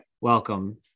welcome